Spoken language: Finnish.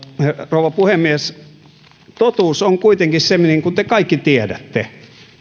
rouva puhemies totuus on kuitenkin se niin kuin te kaikki tiedätte